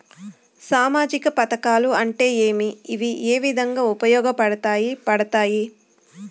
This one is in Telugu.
సామాజిక పథకాలు అంటే ఏమి? ఇవి ఏ విధంగా ఉపయోగపడతాయి పడతాయి?